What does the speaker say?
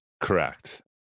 Correct